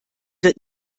wird